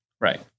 Right